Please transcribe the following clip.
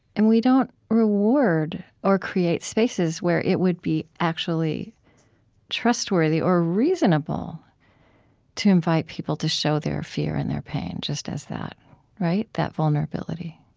and we don't reward or create spaces where it would be actually trustworthy or reasonable to invite people to show their fear and their pain, just as that that vulnerability